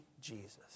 Jesus